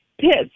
pits